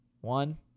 One